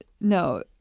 No